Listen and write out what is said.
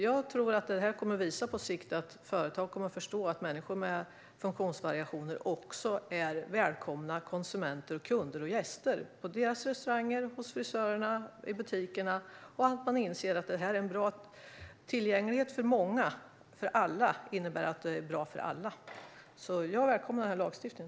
Jag tror att det på sikt kommer att visa sig att företagen förstår att människor med funktionsvariationer också är välkomna konsumenter, kunder och gäster på restauranger, hos frisörer och i butiker och att företagen inser att god tillgänglighet för alla är bra för alla. Därför välkomnar jag den här lagstiftningen.